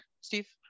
Steve